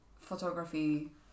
photography